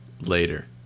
later